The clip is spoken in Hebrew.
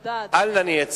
אל נא נהיה צבועים,